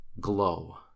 glow